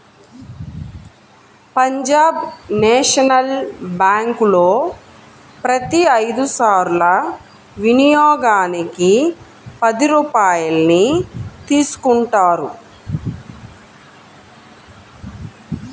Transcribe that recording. Punjab national బ్యేంకులో ప్రతి ఐదు సార్ల వినియోగానికి పది రూపాయల్ని తీసుకుంటారు